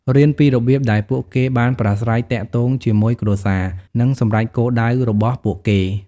រៀនពីរបៀបដែលពួកគេបានប្រាស្រ័យទាក់ទងជាមួយគ្រួសារ និងសម្រេចគោលដៅរបស់ពួកគេ។